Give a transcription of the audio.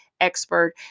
expert